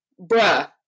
Bruh